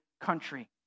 country